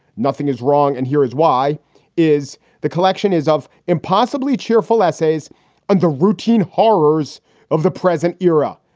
nothing is wrong. and here is why is the collection is of impossibly cheerful essays and the routine horrors of the present era.